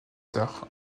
tard